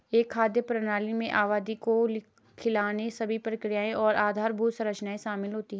एक खाद्य प्रणाली में आबादी को खिलाने सभी प्रक्रियाएं और आधारभूत संरचना शामिल होती है